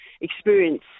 experience